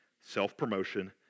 self-promotion